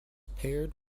paired